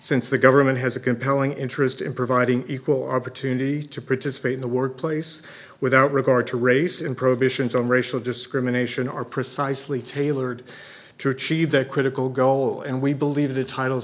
since the government has a compelling interest in providing equal opportunity to participate in the workplace without regard to race in prohibitions on racial discrimination are precisely tailored to achieve that critical goal and we believe the title